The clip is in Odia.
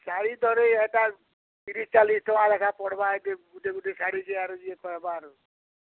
ଶାଢ଼ୀ ଦରେ ହେଟା ତିରିଶ୍ ଚାଲିଶ୍ ଟଙ୍କା ଲେଖାଁ ପଡ଼୍ବା ଏଠି ଗୁଟେ ଗୁଟେ ଶାଢ଼ୀକେ ଆର୍ ଇଏ କହେବା ଆରୁ